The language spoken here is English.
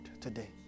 today